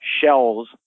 shells